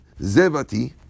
Zevati